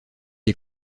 est